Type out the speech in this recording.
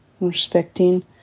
respecting